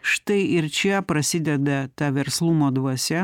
štai ir čia prasideda ta verslumo dvasia